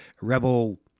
rebel